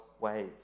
ways